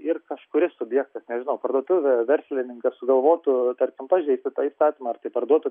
ir kažkuris subjektas nežinau parduotuvė verslininkas sugalvotų tarkim pažeisti tą įstatymą ar tai parduotų